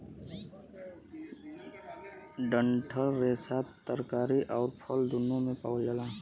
डंठल रेसा तरकारी आउर फल दून्नो में पावल जाला